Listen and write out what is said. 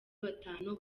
batanu